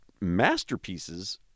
masterpieces